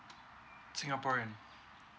singaporean